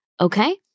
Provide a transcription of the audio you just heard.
Okay